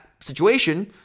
situation